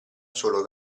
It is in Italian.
solo